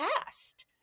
past